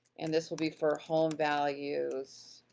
and this will be for home values,